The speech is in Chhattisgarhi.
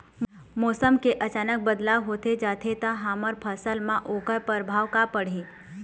मौसम के अचानक बदलाव होथे जाथे ता हमर फसल मा ओकर परभाव का पढ़ी?